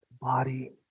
body